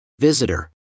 Visitor